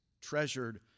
treasured